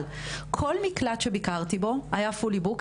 כל מקלט שביקרתי בו היה מלא לגמרי.